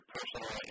personal